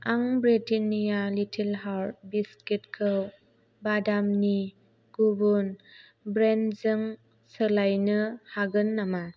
आं Britannia little hearts बिस्कुटखौ बादामनि गुबुन ब्रेन्डजों सोलायनो हागोन नामा